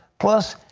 plus,